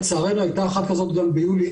לצערנו הייתה אחת כזאת גם ביולי,